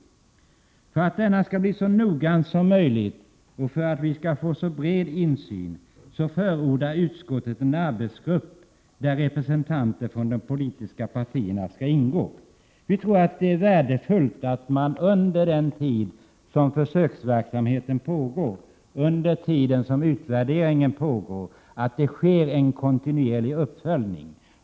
För att denna utvärdering skall bli så noggrann som möjligt och för att vi skall få så bred insyn som möjligt förordar utskottet att en arbetsgrupp tillsätts med representanter för de politiska partierna. Vi tror att det är värdefullt att man under den tid som försöksverksamheten och utvärderingen pågår har en kontinuerlig uppföljning.